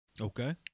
Okay